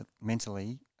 mentally